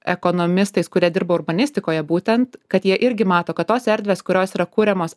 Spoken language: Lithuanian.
ekonomistais kurie dirba urbanistikoje būtent kad jie irgi mato kad tos erdvės kurios yra kuriamos